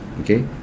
okay